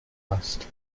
asked